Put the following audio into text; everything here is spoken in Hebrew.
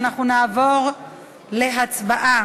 אנחנו נעבור להצבעה